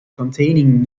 containing